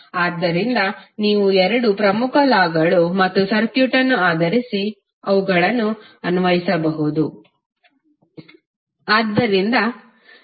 ಆದ್ದರಿಂದ ಇವು 2 ಪ್ರಮುಖ ಲಾ ಗಳು ಮತ್ತು ಸರ್ಕ್ಯೂಟ್ ಆಧರಿಸಿ ಅವುಗಳನ್ನು ಅನ್ವಯಿಸಬಹುದು